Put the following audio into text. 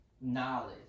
Knowledge